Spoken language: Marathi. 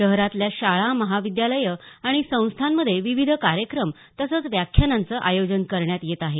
शहरातल्या शाळा महाविद्यालयं आणि संस्थांमध्ये विविध कार्यक्रम तसंच व्याख्यानांचं आयोजन करण्यात येत आहे